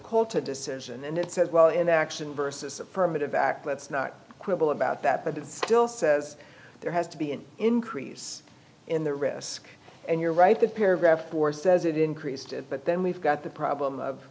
to decision and it says well in action versus affirmative act let's not quibble about that but it still says there has to be an increase in the risk and you're right the paragraph or says it increased it but then we've got the problem of